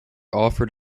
offered